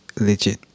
legit